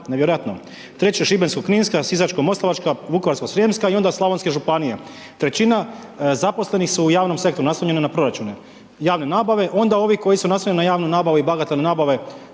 Treće Šibensko kninska, Sisačko moslavačka, Vukovarsko srijemska onda slavonske županije. Trećina zaposlenih su u javnom sektoru, naslonjeni na proračune, javne nabave. Onda ovi koji su naslonjeni na javnu nabavu i bagatelnu nabave